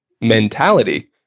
mentality